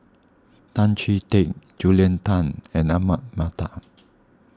Tan Chee Teck Julia Tan and Ahmad Mattar